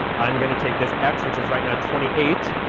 i'm going to take this x, which is right now twenty eight,